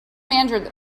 manager